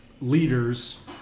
leaders